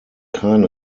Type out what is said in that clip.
kein